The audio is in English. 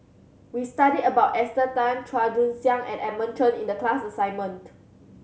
we studied about Esther Tan Chua Joon Siang and Edmund Cheng in the class assignment